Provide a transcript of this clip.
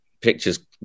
pictures